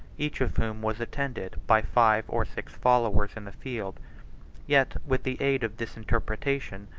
each of whom was attended by five or six followers in the field yet, with the aid of this interpretation,